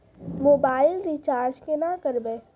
Mobile recharge केना करबै?